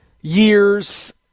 years